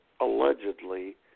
allegedly